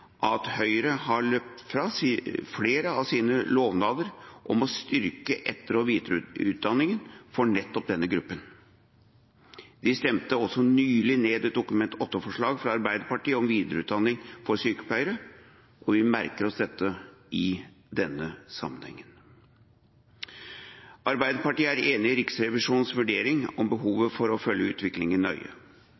at Høyre har løpt fra flere av sine lovnader om å styrke etter- og videreutdanningen for nettopp denne gruppen. De stemte også nylig ned et Dokument 8-forslag fra Arbeiderpartiet om videreutdanning for sykepleiere. Vi merker oss dette i denne sammenhengen. Arbeiderpartiet er enig i Riksrevisjonens vurdering av behovet